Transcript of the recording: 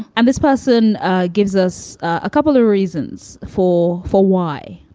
and this person gives us a couple of reasons for for why